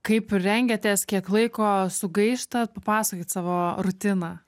kaip rengiatės kiek laiko sugaištat papasakokit savo rutiną